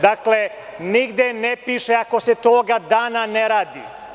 Dakle, nigde ne piše – ako se tog dana ne radi.